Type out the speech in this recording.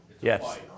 Yes